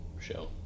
show